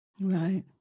Right